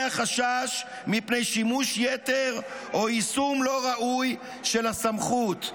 החשש מפני שימוש יתר או יישום לא ראוי של הסמכות.